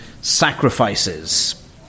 sacrifices